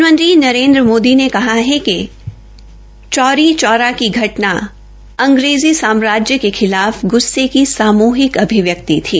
प्रधानमंत्री नरेन्द्र मोदी ने कहा है कि चौरी चौरा की घटना अंग्रेजी साम्राज्य के खिलाफ ग़स्से की सामुहिक अभिव्यक्ति थी